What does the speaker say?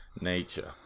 Nature